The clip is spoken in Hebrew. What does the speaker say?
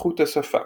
התפתחות השפה